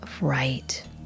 Right